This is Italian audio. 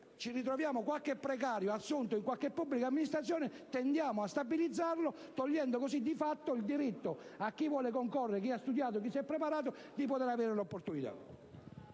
ci ritroviamo qualche precario assunto in una pubblica amministrazione, tendiamo a stabilizzarlo, togliendo così di fatto il diritto a chi vuole concorrere, ha studiato e si è preparato, di avere un'opportunità.